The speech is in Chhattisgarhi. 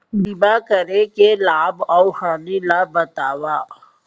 बीमा करे के लाभ अऊ हानि ला बतावव